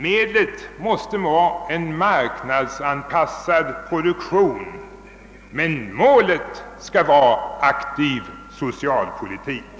Medlet måste vara en marknadsanpassad produktion men målet en aktiv socialpolitik.